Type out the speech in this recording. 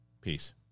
Peace